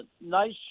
nice